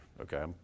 Okay